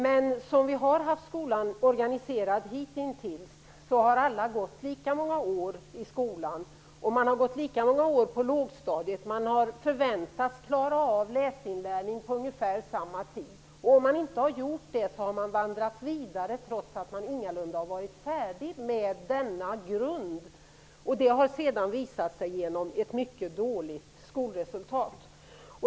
Men så som skolan har varit organiserad hitintills, har alla gått lika många år. Man har förväntats klara av läsinlärningen på lågstadiet på ungefär samma tid. Den som inte har gjort det har vandrat vidare, men har ingalunda varit färdig med denna grund. Detta har sedan visat sig i ett mycket dåligt skolresultat.